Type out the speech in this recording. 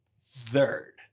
third